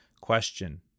Question